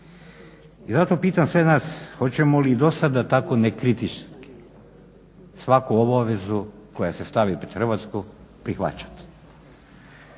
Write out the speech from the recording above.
I zato pitam sve nas hoćemo li i do sada tako nekritično svaku obavezu koja se stavi pred Hrvatsku prihvaćati?